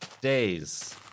days